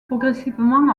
progressivement